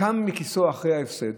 קם מכיסאו אחרי ההפסד.